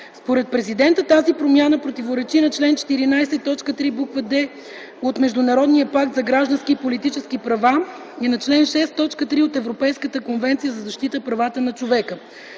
Според президента тази промяна противоречи на чл. 14, т. 3, буква „d” от Международния пакт за граждански и политически права и на чл. 6, т. 3 от Европейската конвенция за защита правата на човека,